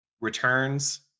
returns